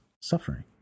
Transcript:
suffering